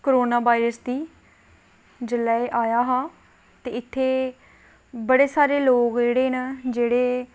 corona virus दी जेल्लै एह् आया हा इत्थै ते बड़े सारे लोक जेह्ड़े न जेह्ड़े